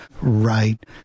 right